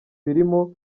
birimo